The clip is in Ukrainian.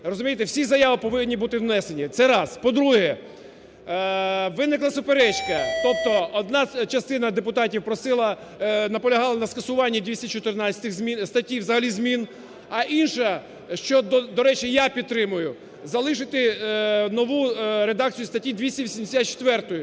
розумієте, всі заяви повинні бути внесені. Це раз. По-друге, виникла суперечка. Тобто одна частина депутатів просила, наполягала на скасуванні 214 статті, взагалі змін. А інша, що, до речі, я підтримую, залишити нову редакцію статті 284